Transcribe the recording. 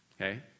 Okay